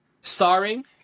starring